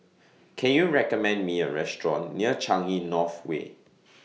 Can YOU recommend Me A Restaurant near Changi North Way